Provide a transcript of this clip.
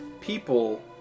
people